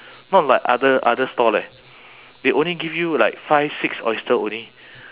not like other other store leh they only give you like five six oyster only